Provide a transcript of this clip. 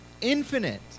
infinite